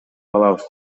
калабыз